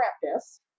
practice